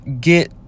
get